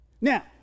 Now